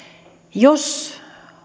jos